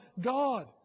God